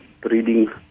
breeding